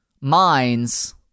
minds